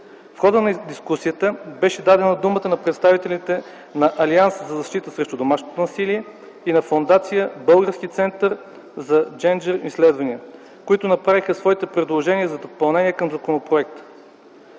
В хода на дискусията беше дадена думата на представители на Алианс за защита срещу домашното насилие и на Фондация „Български център за джендър изследвания”, които направиха своите предложения за допълнение към законопроекта.